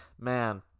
man